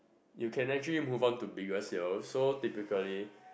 you can actually move on to bigger seals so typically